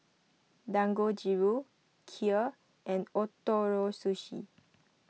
Dangojiru Kheer and Ootoro Sushi